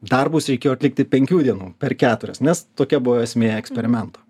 darbus reikėjo atlikti penkių dienų per keturias nes tokia buvo esmė eksperimento